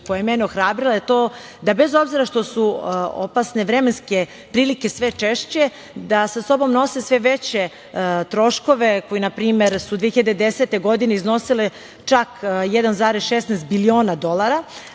koja je mene ohrabrila je to da, bez obzira što su opasne vremenske prilike sve češće, sa sobom nose sve veće troškove koji, na primer, su 2010. godine iznosile čak 1,16 biliona dolara.